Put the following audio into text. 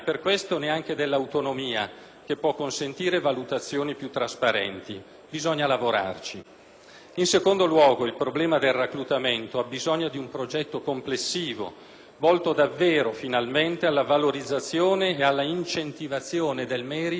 il problema del reclutamento ha bisogno di un progetto complessivo, volto davvero e finalmente alla valorizzazione e all'incentivazione del merito e dell'eccellenza.